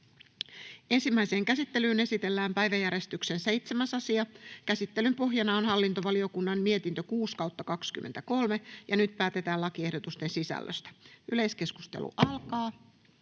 Ensimmäiseen käsittelyyn esitellään päiväjärjestyksen 9. asia. Käsittelyn pohjana on hallintovaliokunnan mietintö HaVM 8/2023 vp. Nyt päätetään lakiehdotusten sisällöstä. — Yleiskeskustelu alkaa,